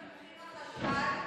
אבל יש כן עלייה של 30% במחיר החשמל,